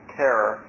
terror